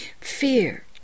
Fear